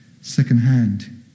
secondhand